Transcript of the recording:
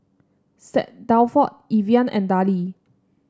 Saint Dalfour Evian and Darlie